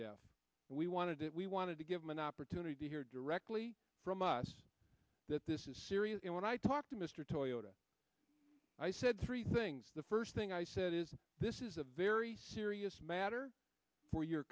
safe we wanted it we wanted to give them an opportunity to hear directly from us that this is serious and when i talked to mr toyoda i said three things the first thing i said is this is a very serious matter for your